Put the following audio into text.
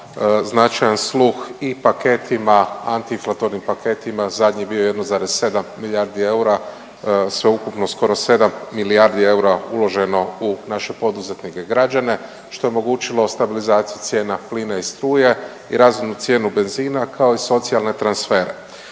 značajan sluh i paketima, antiinflatornim paketima, zadnji je bio 1,7 milijardi eura, sveukupno skoro 7 milijardi eura uloženo u naše poduzetnike građane što je omogućilo stabilizaciju cijena plina i struje i razumnu cijenu benzina kao i socijalne transfere.